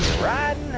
right